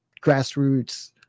grassroots